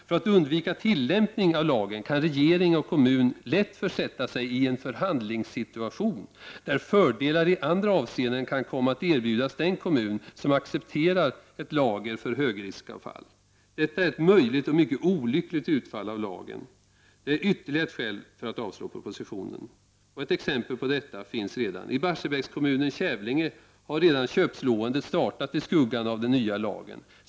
För att undvika tillämpning av lagen kan regering och kommun lätt försätta sig i en förhandlingssituation, där fördelar i andra avseenden kan komma att erbjudas den kommun som accepterar ett lager för högriskavfall. Detta är ett möjligt och mycket olyckligt utfall av lagen. Och detta är ytterligare ett skäl för att avslå propositionen. Exempel på detta finns redan. I Barsebäckskommunen Kävlinge har man redan i väntan på den nya lagen startat köpslåendet.